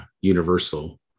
universal